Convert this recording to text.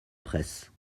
presse